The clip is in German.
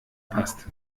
passt